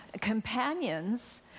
companions